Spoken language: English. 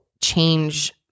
change